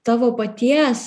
tavo paties